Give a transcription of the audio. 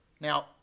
Now